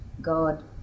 God